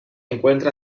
encuentra